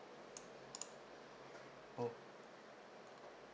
oh